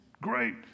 great